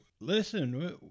listen